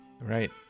Right